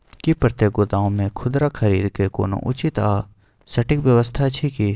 की प्रतेक गोदाम मे खुदरा खरीद के कोनो उचित आ सटिक व्यवस्था अछि की?